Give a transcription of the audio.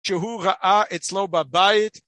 שהוא ראה אצלו בבית